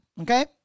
okay